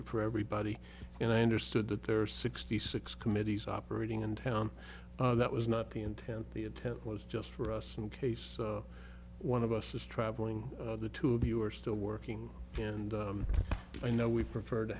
it for everybody and i understood that there are sixty six committees operating in town that was not the intent the intent was just for us in case one of us is travelling the two of you are still working and i know we prefer to